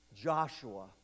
Joshua